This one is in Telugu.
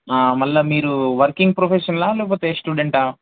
మళ్ళీ మీరు వర్కింగ్ ప్రొఫెషనలా లేకపోతే స్టూడెంటా